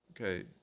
okay